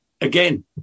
again